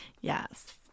Yes